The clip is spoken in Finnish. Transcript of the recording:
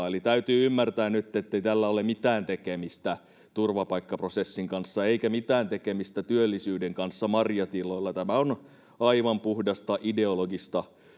eli täytyy ymmärtää nyt ettei tällä ole mitään tekemistä turvapaikkaprosessin kanssa eikä mitään tekemistä työllisyyden kanssa marjatiloilla tämä on aivan puhdasta ideologista